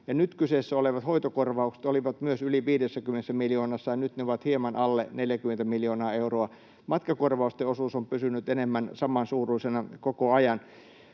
Nyt kyseessä olevat hoitokorvaukset olivat myös yli 50 miljoonassa, ja nyt ne ovat hieman alle 40 miljoonaa euroa. Matkakorvausten osuus on pysynyt enemmän samansuuruisena koko ajan.